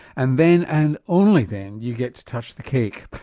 and then and only then you get to touch the cake.